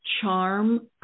charm